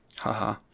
haha